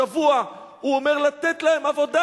השבוע הוא אומר: לתת להם עבודה.